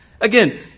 Again